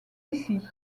ici